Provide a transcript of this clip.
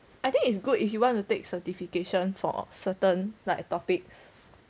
I think it's good if you want to take certification for certain like topics